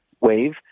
wave